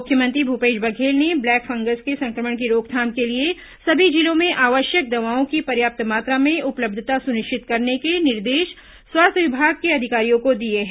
मुख्यमंत्री भूपेश बघेल ने black fungus के संक्रमण की रोकथाम के लिए सभी जिलों में आवश्यक दवाओं की पर्याप्त मात्रा में उपलब्धता सुनिश्चित करने के निर्देश स्वास्थ्य विभाग के अधिकारियों को दिए हैं